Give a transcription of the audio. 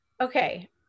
okay